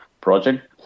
project